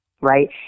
right